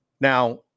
Now